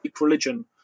religion